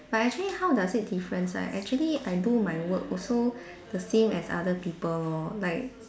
but actually how does it difference right actually I do my work also the same as other people lor like